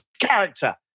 character